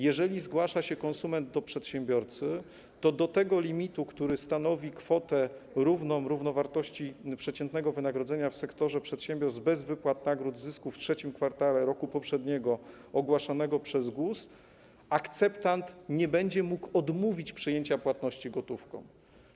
Jeżeli zgłasza się konsument do przedsiębiorcy, to do tego limitu, który stanowi kwotę równą równowartości przeciętnego wynagrodzenia w sektorze przedsiębiorstw bez wypłat nagród z zysków w trzecim kwartale roku poprzedniego ogłaszanego przez GUS, akceptant nie będzie mógł odmówić przyjęcia płatności gotówką.